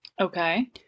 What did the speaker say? Okay